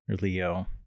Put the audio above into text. Leo